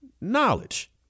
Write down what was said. knowledge